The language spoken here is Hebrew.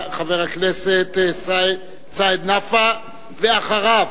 חבר הכנסת סעיד נפאע, ואחריו,